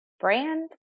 brand